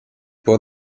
bore